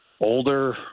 older